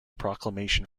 proclamation